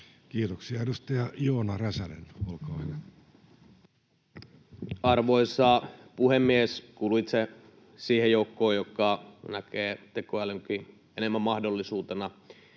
Kiitoksia. — Edustaja Joona Räsänen, olkaa hyvä. Arvoisa puhemies! Kuulun itse siihen joukkoon, joka näkee tekoälynkin enemmän mahdollisuutena